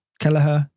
Kelleher